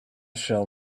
shall